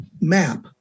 map